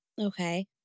Okay